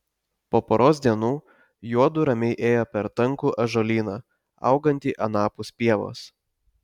po poros dienų juodu ramiai ėjo per tankų ąžuolyną augantį anapus pievos